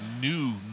new